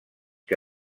que